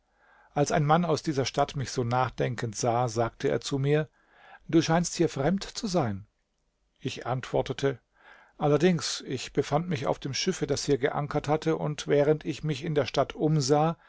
als ein mann aus dieser stadt mich so nachdenkend sah sagte er zu mir du scheinst hier fremd zu sein ich antwortete allerdings ich befand mich auf dem schiffe das hier geankert hatte und während ich mich in der stadt umsah